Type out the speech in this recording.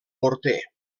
morter